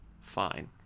fine